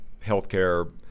healthcare